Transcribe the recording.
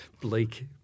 bleak